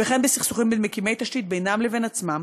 וכן בסכסוכים בין מקימי תשתית בינם לבין עצמם,